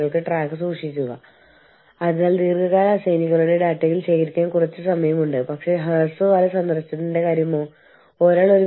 കൂടാതെ നമുക്ക് ഇവിടെ പ്രവർത്തിക്കുന്ന സാമൂഹിക സാമ്പത്തിക സാമൂഹിക രാഷ്ട്രീയ പരിസ്ഥിതി ഭൂമിശാസ്ത്രപരമായ പരിസ്ഥിതി എന്നിവയിൽ നിന്ന് എങ്ങനെ പരമാവധി പ്രയോജനം നേടാനാകും